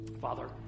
Father